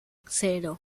cero